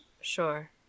Sure